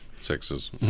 Sixes